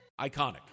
Iconic